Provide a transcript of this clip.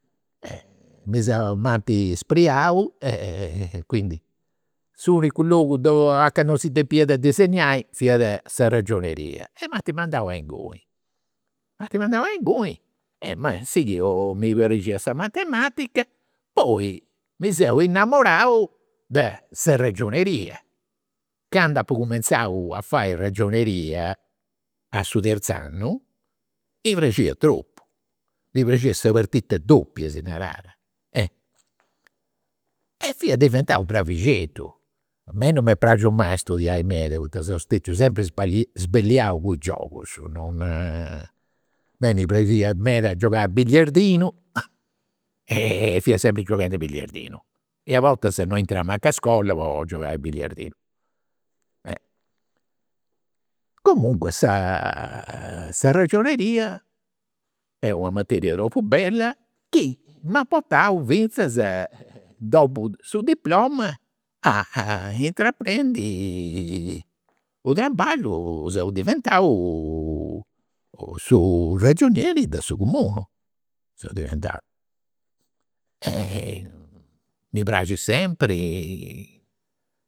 Mi seu, m'ant spriau e quindi s'unicu logu a ca non si disegnai fiat sa ragioneria. E m'ant mandau a inguni. M'ant mandau a inguni e m'at sighiu, mi praxiat sa matematica. Poi mi seu innamorau de sa ragioneria, candu apu a fai ragioneria, a su terz'annu, mi praxiat tropu, mi praxiat sa partita doppia, si narat. E fia diventau bravixeddu, a mei non m'est praxiu mai a studiai meda poita seu sempri stetiu sbelliau po i' giogus. A mei mi praxiat meda a giogai a billiardinu e fia sempri gioghendi a billiardinu. E a bortas non intrau mancu a iscola po giogai a billiardinu. Comunque sa sa ragioneria est una materia tropu bella chi m'at portau finzas, dopu su diploma, a intraprendi unu traballu. Seu diventau su ragionieri de su comunu, seu diventau. Mi praxit sempri